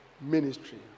ministry